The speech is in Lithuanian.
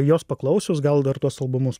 jos paklausius gal dar tuos albumus